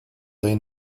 dai